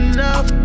Enough